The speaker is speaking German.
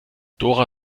dora